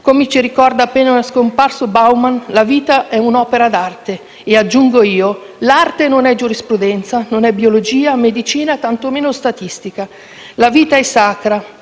Come ci ricorda l'appena scomparso Baumann, la vita è un'opera d'arte. E, aggiungo io, l'arte non è giurisprudenza, non è biologia, medicina o tantomeno statistica. La vita è sacra,